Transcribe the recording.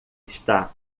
está